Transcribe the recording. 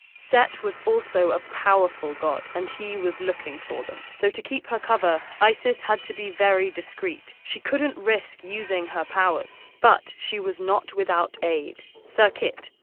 set was also a powerful god, and he was looking for them. so to keep her cover, isis had to be very discreet she couldn't risk using her powers. but she was not without aid. serket,